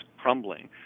crumbling